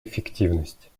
эффективность